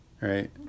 right